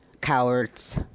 Cowards